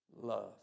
love